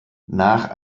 nach